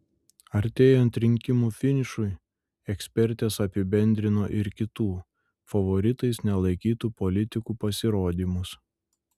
artėjant rinkimų finišui ekspertės apibendrino ir kitų favoritais nelaikytų politikų pasirodymus